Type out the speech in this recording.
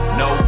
no